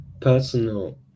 personal